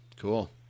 Cool